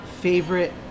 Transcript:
Favorite